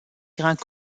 grands